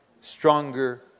Stronger